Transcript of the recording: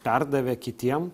perdavė kitiem